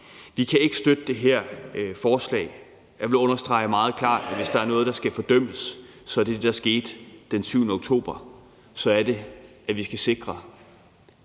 Vi kan ikke støtte det her forslag, og jeg vil understrege meget klart, at hvis der er noget, der skal fordømmes, så er det det, der skete den 7. oktober. Vi skal på